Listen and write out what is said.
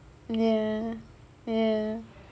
ya ya